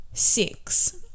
Six